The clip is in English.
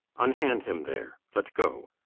unhand him there. let go!